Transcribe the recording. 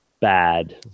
Bad